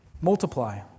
multiply